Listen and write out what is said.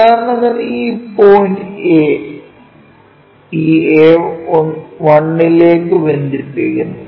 ഉദാഹരണത്തിന് ഈ point A ഈ A1 ലേക്ക് ബന്ധിപ്പിക്കുന്നു